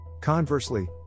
Conversely